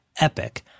epic